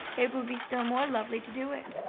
it will be still more lovely to do it.